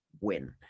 win